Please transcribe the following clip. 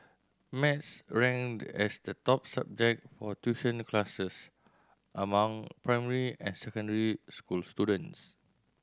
math ranked as the top subject for tuition classes among primary and secondary school students